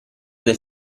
del